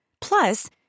Plus